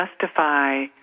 justify